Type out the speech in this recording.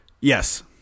yes